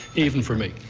even for me.